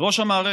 מראש המערכת.